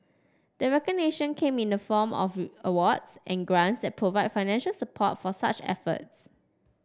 the recognition came in the form of awards and grants that provide financial support for such efforts